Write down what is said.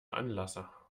anlasser